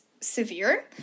severe